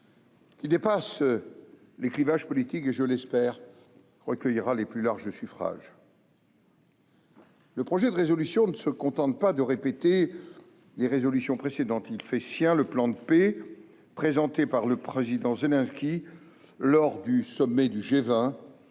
qui dépasse les clivages politiques et qui, je l'espère, recueillera les plus larges suffrages. Le projet de résolution ne se contente pas de répéter les résolutions précédentes : il fait sien le plan de paix présenté par le président Zelensky lors du sommet du G20,